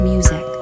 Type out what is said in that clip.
Music